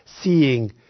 seeing